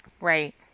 Right